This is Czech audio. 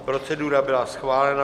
Procedura byla schválena.